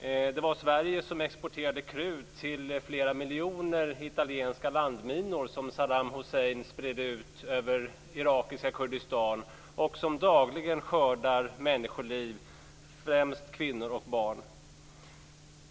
Det var Sverige som exporterade krut till flera miljoner italienska landminor som Saddam Hussein spred ut över irakiska Kurdistan och som dagligen skördar människoliv, främst kvinnor och barn.